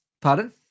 Pardon